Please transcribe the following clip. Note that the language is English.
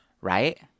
right